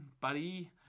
buddy